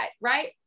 right